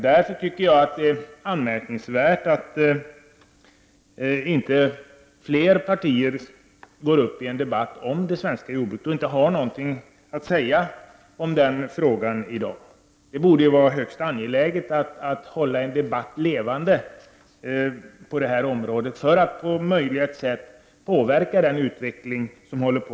Därför tycker jag att det är anmärkningsvärt att inte företrädare för flera partier går upp i en debatt om det svenska jordbruket och inte har något att säga om den frågan i dag. Det borde vara högst angeläget att hålla en debatt levande på detta område för att påverka den utvecklingen.